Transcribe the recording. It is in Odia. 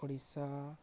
ଓଡ଼ିଶା